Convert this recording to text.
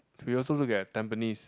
we also look at Tampines